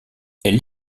elle